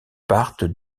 partent